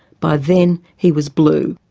by then he was blue.